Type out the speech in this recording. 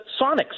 Sonics